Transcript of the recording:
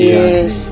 yes